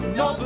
no